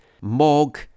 Mog